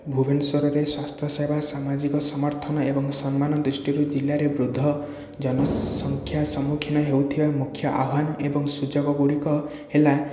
ଭୁବନେଶ୍ୱରରେ ସ୍ୱାସ୍ଥ୍ୟ ସେବା ସାମାଜିକ ସମର୍ଥନ ଏବଂ ସମ୍ମାନ ଦୃଷ୍ଟିରୁ ଜିଲ୍ଲାରେ ବୃଦ୍ଧ ଜନସଂଖ୍ୟା ସମ୍ମୁଖୀନ ହେଉଥିବା ମୁଖ୍ୟ ଆହ୍ୱାନ ଏବଂ ସୂଚକ ଗୁଡ଼ିକ ହେଲା